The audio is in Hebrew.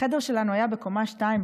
החדר שלנו היה בקומה 2,